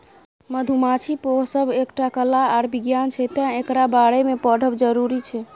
मधुमाछी पोसब एकटा कला आर बिज्ञान छै तैं एकरा बारे मे पढ़ब जरुरी छै